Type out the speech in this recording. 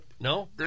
No